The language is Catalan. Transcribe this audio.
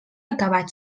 acabat